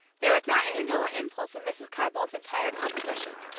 there was not an indolent impulse in mrs. carr-boldt's entire composition.